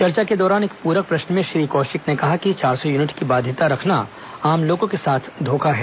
चर्चा के दौरान एक प्रक प्रश्न में श्री कौशिक ने कहा कि चार सौ यूनिट की बाध्यता रखना आम लोगों के साथ धोखा है